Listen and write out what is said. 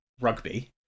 rugby